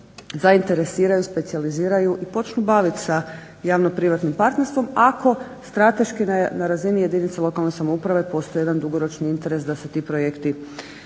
zainteresiraju, specijaliziraju i počnu baviti sa javno-privatno partnerstvom ako strateški na razini jedinice lokalne samouprave postoji jedan dugoročni interes da se ti projekti